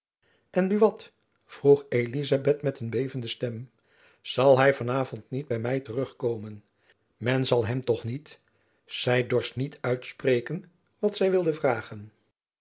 en buat vroeg elizabeth met een bevende stem zal hy van avond niet by my terugkomen men zal hem toch niet zy dorst niet uitspreken wat zy wilde vragen